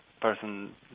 person